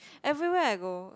everywhere I go